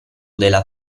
della